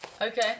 Okay